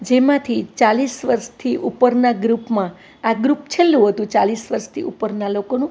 જેમાંથી ચાલીસ વર્ષથી ઉપરના ગ્રૂપમાં આ ગ્રુપ છેલ્લું હતું ચાલીસથી ઉપરના લોકોનું